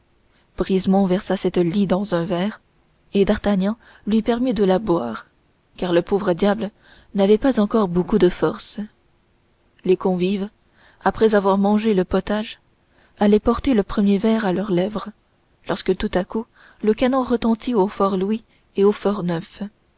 brisemont versa cette lie dans un verre et d'artagnan lui permit de la boire car le pauvre diable n'avait pas encore beaucoup de forces les convives après avoir mangé le potage allaient porter le premier verre à leurs lèvres lorsque tout à coup le canon retentit au fort louis et au